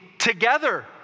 Together